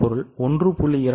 மூலப்பொருள் 1